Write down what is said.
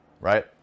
right